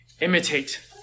imitate